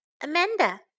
Amanda